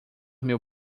meu